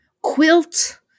quilt